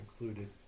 included